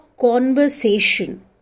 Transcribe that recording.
conversation